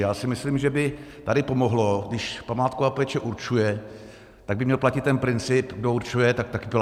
Já si myslím, že by tady pomohlo, když památková péče určuje, tak by měl platit ten princip, kdo určuje, tak také platí.